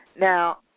Now